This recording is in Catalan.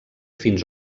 fins